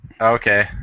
Okay